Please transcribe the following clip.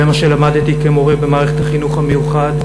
זה מה שלמדתי כמורה במערכת החינוך המיוחד,